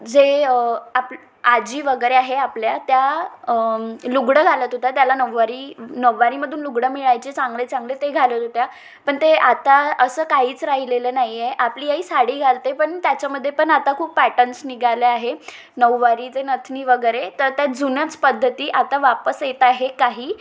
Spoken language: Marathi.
जे आप आजी वगैरे आहे आपल्या त्या लुगडं घालत होत्या त्याला नववारी नव्वारीमधून लुगडं मिळायचे चांगले चांगले ते घालत होत्या पण ते आता असं काहीच राहिलेलं नाही आहे आपली आई साडी घालते पण त्याच्यामध्ये पण आता खूप पॅटर्न्स निघाले आहे नऊवारी ते नथनी वगैरे तर त्या जुन्याच पद्धती आता वापस येत आहे काही